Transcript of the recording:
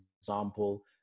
example